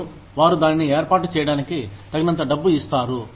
మరియు వారు దానిని ఏర్పాటు చేయడానికి తగినంత డబ్బు ఇస్తారు